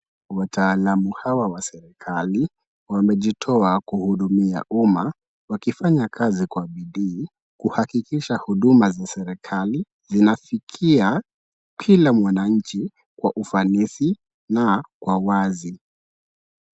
Wataalamu hawa wa serikali wamejitoa kuhudumia umma wakifanya kazi kwa bidii kuhakikisha huduma za serikali zinafikia kila mwananchi kwa ufanisi na kwa wazi.